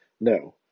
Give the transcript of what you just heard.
No